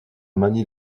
manie